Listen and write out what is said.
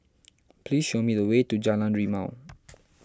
please show me the way to Jalan Rimau